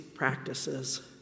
Practices